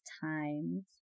times